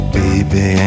baby